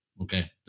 Okay